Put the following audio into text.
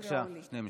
בבקשה, שני משפטים.